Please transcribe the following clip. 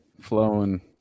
flowing